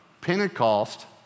Pentecost